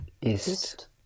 ist